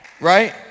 Right